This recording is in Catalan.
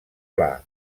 pla